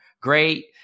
great